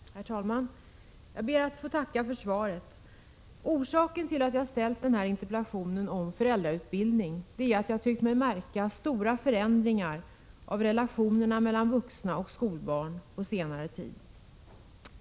Herr talman! Jag ber att få tacka för svaret. Orsaken till att jag har framställt den här interpellationen om föräldrautbildning är att jag tyckt mig märka stora förändringar i relationerna mellan vuxna och skolbarn på senare tid.